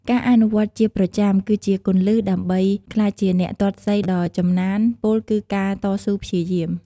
ការអនុវត្តន៍ជាប្រចាំ គឺជាគន្លឹះដើម្បីក្លាយជាអ្នកទាត់សីដ៏ចំណាន ពោលគឺការតស៊ូព្យាយាម ។